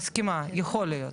מסכימה, יכול להיות,